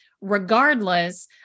regardless